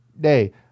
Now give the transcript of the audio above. Day